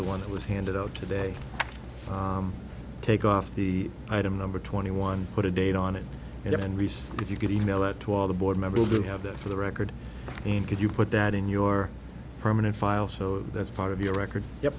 the one that was handed out today take off the item number twenty one put a date on it and reece if you could email it to all the board members who have that for the record and could you put that in your permanent file so that's part of your record